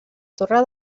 torre